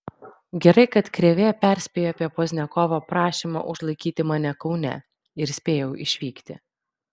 gerai kad krėvė perspėjo apie pozniakovo prašymą užlaikyti mane kaune ir spėjau išvykti